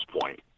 point